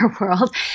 world